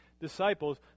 disciples